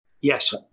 Yes